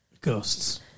Ghosts